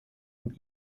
und